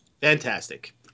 Fantastic